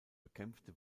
bekämpfte